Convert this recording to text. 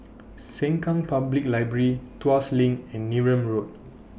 Sengkang Public Library Tuas LINK and Neram Road